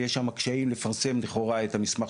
ויש שמה קשיים לפרסם לכאורה את המסמך